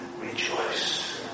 rejoice